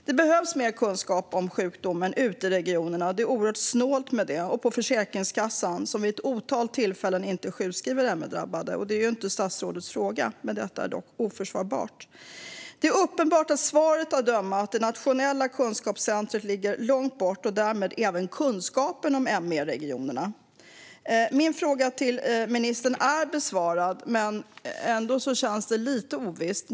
Det behövs mer kunskap om sjukdomen ute i regionerna - det är oerhört snålt med det - och på Försäkringskassan, som vid ett otal tillfällen inte sjukskriver ME-drabbade. Det är ju inte statsrådets fråga, men detta är dock oförsvarbart. Det är uppenbart av svaret att döma att det nationella kunskapscentrumet ligger långt bort och där även kunskapen om ME i regionerna. Min fråga till ministern är besvarad, men det känns ändå lite ovisst.